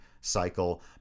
cycle